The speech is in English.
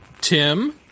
Tim